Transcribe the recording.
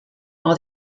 are